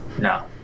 No